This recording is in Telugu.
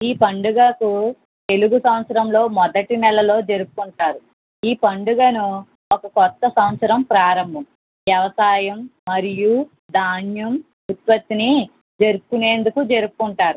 ఈ పండుగకు తెలుగు సంవత్సరంలో మొదటి నెలలో జరుపుకుంటారు ఈ పండుగను ఒక కొత్త సంవత్సరం ప్రారంభం వ్యవసాయం మరియు ధాన్యం ఉత్పత్తిని జరుపుకునేందుకు జరుపుకుంటారు